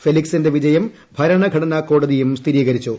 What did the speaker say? ഫെലിക്സിന്റെ വിജയം ഭരണഘടനാ കോടതിയും സ്ഥിരീകരിച്ചു